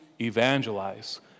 evangelize